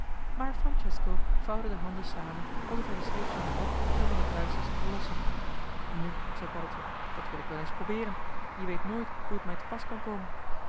maar francesco vouwde de handen samen alsof hij den scheepsjongen bad hem van de kluisters te verlossen nu zei paddeltje dat wil ik wel eens probeeren je weet nooit hoe t mij te pas kan komen